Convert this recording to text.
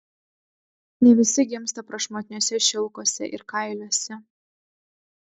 ne visi gimsta prašmatniuose šilkuose ir kailiuose